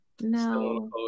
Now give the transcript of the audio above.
No